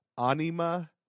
anima